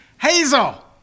Hazel